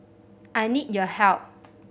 I need your help